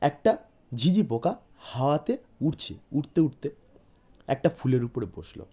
একটা ঝিঁঝিঁ পোকা হাওয়াতে উড়ছে উড়তে উড়তে একটা ফুলের উপরে বসল